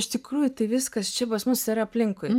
iš tikrųjų tai viskas čia pas mus yra aplinkui